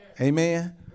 Amen